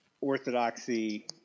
orthodoxy